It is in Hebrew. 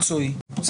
יש